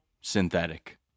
synthetic